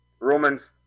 romans